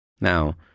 Now